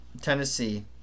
Tennessee